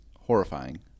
horrifying